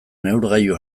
neurgailu